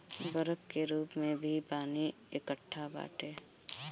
बरफ के रूप में भी पानी एकट्ठा बाटे